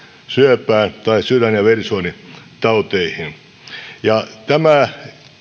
syöpään tai sydän ja verisuonitauteihin jos tämä